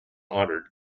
honoured